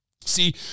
See